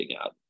out